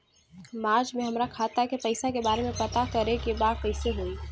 मार्च में हमरा खाता के पैसा के बारे में पता करे के बा कइसे होई?